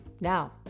Now